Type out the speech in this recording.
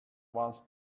once